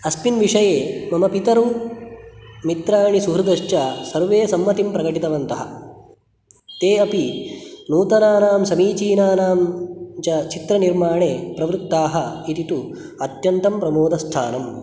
अस्मिन् विषये मम पितरौ मित्राणि सुहृदश्च सर्वे सम्मतिं प्रकटितवन्तः ते अपि नूतनानां समीचीनानां च चित्रनिर्माणे प्रवृत्ताः इति तु अत्यन्तं प्रमोदस्थानम्